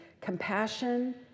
compassion